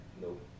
Nope